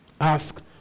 Ask